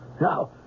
Now